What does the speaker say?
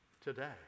today